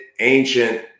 ancient